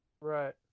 right